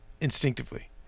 instinctively